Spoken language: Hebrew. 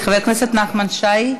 חבר הכנסת נחמן שי.